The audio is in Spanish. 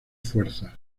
fuerzas